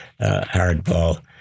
hardball